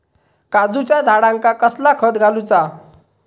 काजूच्या झाडांका कसला खत घालूचा?